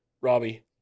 Robbie